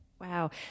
Wow